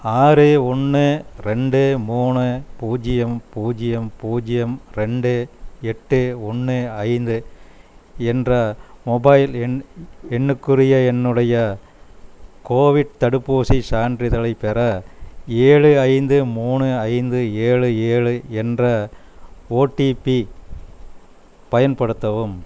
ஆறு ஒன்று ரெண்டு மூணு பூஜ்ஜியம் பூஜ்ஜியம் பூஜ்ஜியம் ரெண்டு எட்டு ஒன்று ஐந்து என்ற மொபைல் எண் எண்ணுக்குரிய என்னுடைய கோவிட் தடுப்பூசிச் சான்றிதழைப் பெற ஏழு ஐந்து மூணு ஐந்து ஏழு ஏழு என்ற ஓடிபி பயன்படுத்தவும்